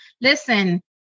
Listen